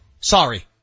Sorry